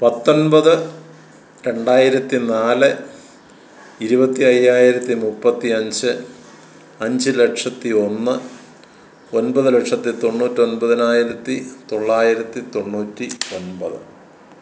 പത്തൊൻപത് രണ്ടായിരത്തി നാല് ഇരുപത്തി അയ്യായിരത്തി മുപ്പത്തിയഞ്ച് അഞ്ച് ലക്ഷത്തി ഒന്ന് ഒൻപത് ലക്ഷത്തി തൊണ്ണൂറ്റൊൻപതിനായിരത്തി തൊള്ളായിരത്തി തൊണ്ണൂറ്റി ഒൻപത്